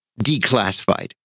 declassified